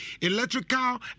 Electrical